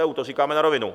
To říkáme na rovinu.